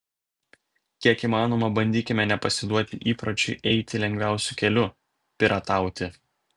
kiek įmanoma bandykime nepasiduoti įpročiui eiti lengviausiu keliu piratauti